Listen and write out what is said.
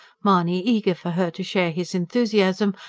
mahony, eager for her to share his enthusiasm,